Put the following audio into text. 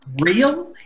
real